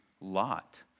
Lot